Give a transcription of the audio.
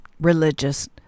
religious